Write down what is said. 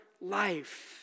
life